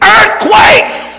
Earthquakes